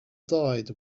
died